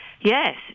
Yes